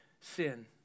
sin